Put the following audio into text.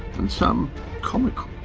and some comical.